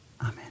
Amen